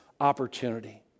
opportunity